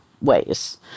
ways